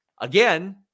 Again